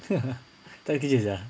sia